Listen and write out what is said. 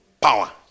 Power